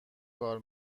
کار